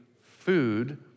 food